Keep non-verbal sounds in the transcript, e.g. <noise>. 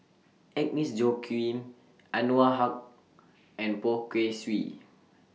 Agnes Joaquim <noise> Anwarul Haque <noise> and Poh Kay Swee